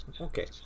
okay